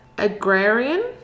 agrarian